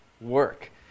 work